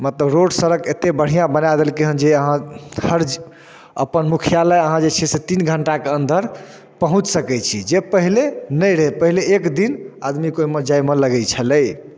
मतलब रोड सड़क एतेक बढ़िआँ बनाए देलकै हेँ जे अहाँ हर अपन मुख्यालय अहाँ जे छै से तीन घंटाके अन्दर पहुँचि सकै छी जे पहिले नहि रहै पहिले एक दिन आदमीके ओहिमे जाइमे लगै छलै